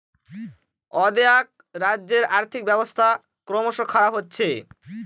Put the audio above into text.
অ্দেআক রাজ্যের আর্থিক ব্যবস্থা ক্রমস খারাপ হচ্ছে